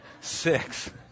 Six